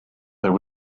there